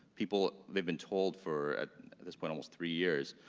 people, they've been told for at this point, almost three years,